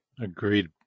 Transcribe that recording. Agreed